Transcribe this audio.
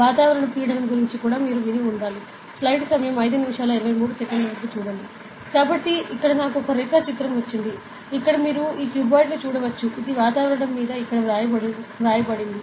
వాతావరణ పీడనం గురించి కూడా మీరు విని ఉండాలి కాబట్టి ఇక్కడ నాకు ఒక రేఖాచిత్రం వచ్చింది ఇక్కడ మీరు ఈ క్యూబాయిడ్ను చూడవచ్చు ఇది వాతావరణం మీద ఇక్కడ వ్రాయబడింది